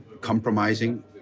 compromising